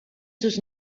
sus